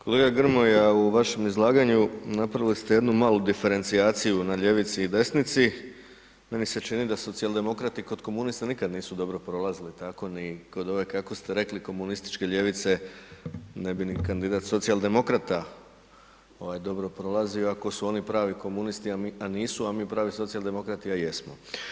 Kolega Grmoja, u vašem izlaganju napravili ste jednu diferencijaciju na ljevici i desnici, meni se čini da socijaldemokrati kod komunista nikad nisu dobro prolazili tako da ni kod ove kako ste rekli, komunističke ljevice, ne bi ni kandidat socijaldemokrata dobro prolazio ako su oni pravi komunisti a nisu a mi pravo socijaldemokrati a jesmo.